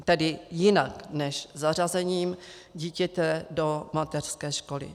Tedy jinak než zařazením dítěte do mateřské školy.